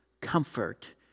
comfort